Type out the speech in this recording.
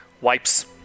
wipes